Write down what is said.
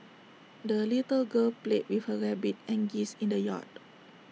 the little girl played with her rabbit and geese in the yard